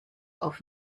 auf